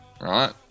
right